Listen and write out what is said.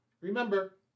Remember